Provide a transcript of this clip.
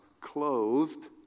clothed